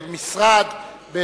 משרד,